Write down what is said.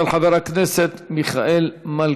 מס' 7073, של חבר הכנסת מיכאל מלכיאלי.